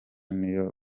n’iyo